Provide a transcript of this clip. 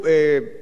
בין המדינה,